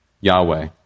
Yahweh